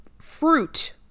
fruit